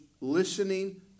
listening